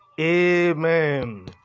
Amen